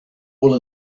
will